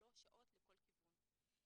שלוש שעות לכל כיוון.